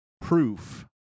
proof